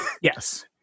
yes